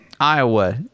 iowa